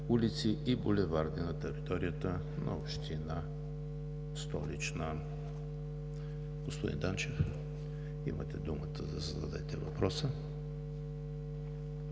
улици и булеварди на територията на община Столична. Господин Данчев, имате думата да зададете въпроса.